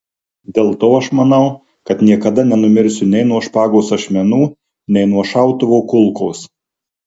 dėl to aš manau kad niekada nemirsiu nei nuo špagos ašmenų nei nuo šautuvo kulkos